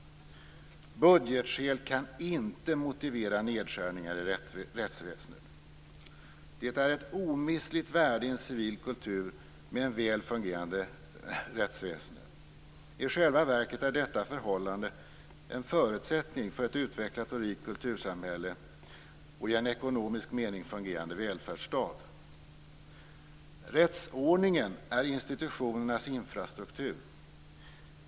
Budgetskäl kan inte motivera nedskärningar i rättsväsendet. Det är ett omistligt värde i en civil kultur med ett väl fungerande rättsväsende. I själva verket är detta förhållande en förutsättning för ett utvecklat och rikt kultursamhälle och en i ekonomisk mening fungerande välfärdsstat. Rättsordningen är institutionernas infrastruktur.